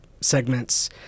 segments